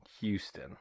Houston